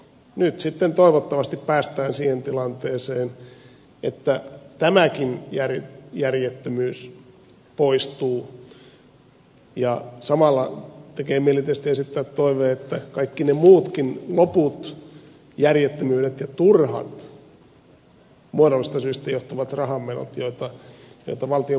nyt sitten toivottavasti päästään siihen tilanteeseen että tämäkin järjettömyys poistuu ja samalla tekee mieli tietysti esittää toive että kaikki ne muutkin loput järjettömyydet ja turhat muodollisista syistä johtuvat rahanmenot joita valtion budjettitalouteen liittyy voisivat poistua